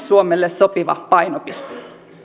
suomelle sopiva painopiste